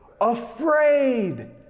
afraid